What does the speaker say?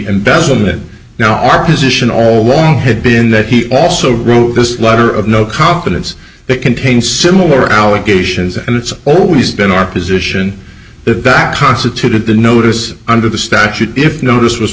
know our position all along had been that he also wrote this letter of no confidence that contain similar allegations and it's always been our position that that constituted the notice under the statute if notice was